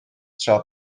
tra